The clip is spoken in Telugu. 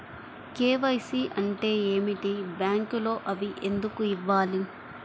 కే.వై.సి అంటే ఏమిటి? బ్యాంకులో అవి ఎందుకు ఇవ్వాలి?